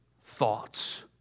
thoughts